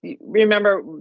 remember